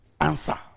answer